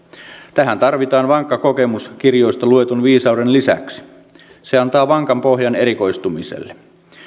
tähän tarvitaan vankka kokemus kirjoista luetun viisauden lisäksi se antaa vankan pohjan erikoistumiselle